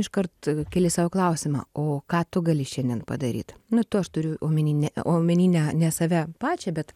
iškart keli sau klausimą o ką tu gali šiandien padaryt nu tu aš turiu omeny ne omeny ne ne save pačią bet